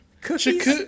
Cookies